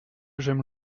j’aime